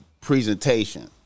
presentation